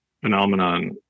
phenomenon